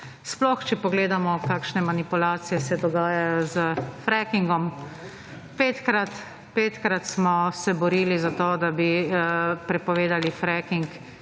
sploh, če pogledamo, kakšne manipulacije se dogajajo z frekingom. Petkrat – petkrat – smo se borili za to, da bi prepovedali freking,